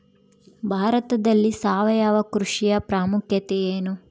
ಭಾರತದಲ್ಲಿ ಸಾವಯವ ಕೃಷಿಯ ಪ್ರಾಮುಖ್ಯತೆ ಎನು?